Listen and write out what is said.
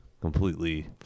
completely